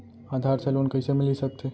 आधार से लोन कइसे मिलिस सकथे?